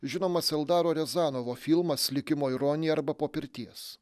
žinomas eldaro riazanovo filmas likimo ironija arba po pirties